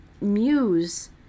muse